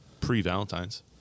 pre-Valentine's